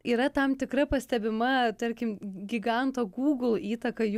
yra tam tikra pastebima tarkim giganto gūgl įtaka jų